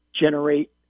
generate